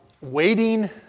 waiting